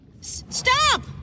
Stop